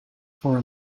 for